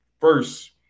first